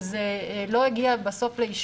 אך בסוף זה לא הגיע לאישור.